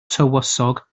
tywysog